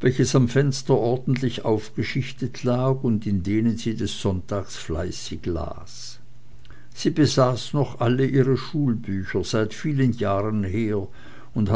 welches am fenster ordentlich aufgeschichtet lag und in denen sie des sonntags fleißig las sie besaß noch alle ihre schulbücher seit vielen jahren her und